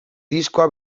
diskoa